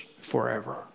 forever